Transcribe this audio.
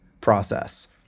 process